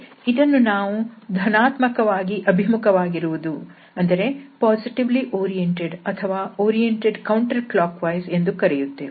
ಇದನ್ನು ನಾವು "ಧನಾತ್ಮಕವಾಗಿ ಅಭಿಮುಖವಾಗಿರುವುದು" positively oriented ಅಥವಾ oriented counterclockwise ಎಂದು ಕರೆಯುತ್ತೇವೆ